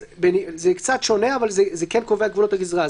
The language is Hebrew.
אז זה קצת שונה, אבל זה כן קובע את גבולות הגזרה.